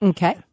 Okay